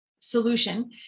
solution